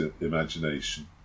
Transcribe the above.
imagination